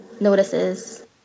notices